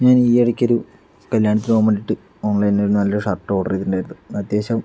ഞാൻ ഈ ഇടക്കൊരു കല്യാണത്തിന് പോകാൻ വേണ്ടീട്ട് ഓൺലൈനീന്ന് നല്ലൊരു ഷർട്ട് ഓർഡറ് ചെയ്തിട്ടുണ്ടായിരുന്നു അത്യാവശ്യം